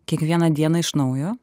kiekvieną dieną iš naujo